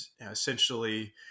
essentially